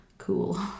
Cool